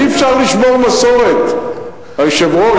אי-אפשר לשבור מסורת, אדוני היושב-ראש.